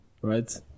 right